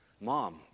Mom